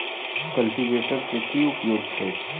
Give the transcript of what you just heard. Cultivator केँ की उपयोग छैक?